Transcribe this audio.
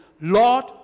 Lord